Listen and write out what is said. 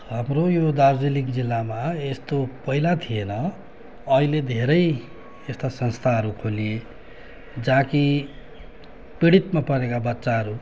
हाम्रो यो दार्जिलिङ जिल्लामा यस्तो पहिला थिएन अहिले धेरै यस्ता संस्थाहरू खोलिए जहाँ कि पीडितमा परेका बच्चाहरू